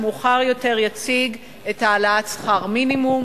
שמאוחר יותר יציג את העלאת שכר המינימום.